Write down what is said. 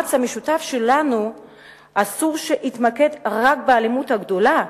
המאמץ המשותף שלנו אסור שיתמקד רק באלימות הגדולה,